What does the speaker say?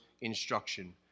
instruction